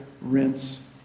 rinse